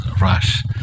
rush